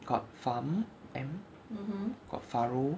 got farm M got faro